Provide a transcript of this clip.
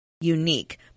unique